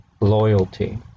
loyalty